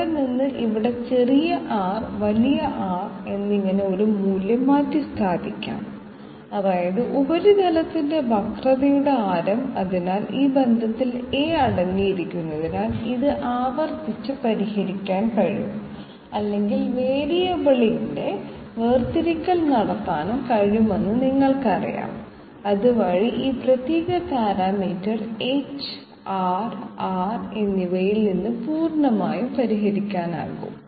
അവിടെ നിന്ന് ഇവിടെ ചെറിയ r വലിയ R എന്നിങ്ങനെ ഒരു മൂല്യം മാറ്റിസ്ഥാപിക്കാം അതായത് ഉപരിതലത്തിന്റെ വക്രതയുടെ ആരം അതിനാൽ ഈ ബന്ധത്തിൽ A അടങ്ങിയിരിക്കുന്നതിനാൽ ഇത് ആവർത്തിച്ച് പരിഹരിക്കാൻ കഴിയും അല്ലെങ്കിൽ വേരിയബിളുകളുടെ വേർതിരിക്കൽ നടത്താനും കഴിയുമെന്ന് നിങ്ങൾക്കറിയാം അതുവഴി ഈ പ്രത്യേക പാരാമീറ്റർ h R r എന്നിവയിൽ ഇത് പൂർണ്ണമായും പരിഹരിക്കാനാകും